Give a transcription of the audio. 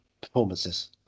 performances